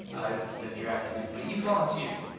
i've been drafted. but you volunteered.